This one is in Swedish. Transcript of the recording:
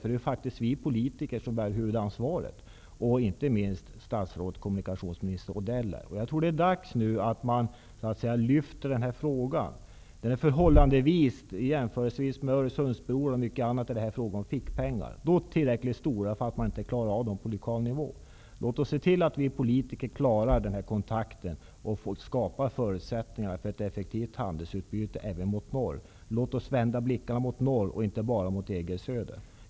Det är faktiskt vi politiker som bär huvudansvaret, inte minst kommunikationsminister Odell. Det är dags nu att vi lyfter fram den här frågan. I förhållande till investeringar i Öresundsbro o.d. är det fråga om fickpengar, dock tillräckligt stora för att man inte klarar av det på lokal nivå. Låt oss se till att vi politiker skapar förutsättningar för ett effektivt handelsutbyte även i norr. Låt oss vända blickarna mot norr, inte bara mot EG i söder.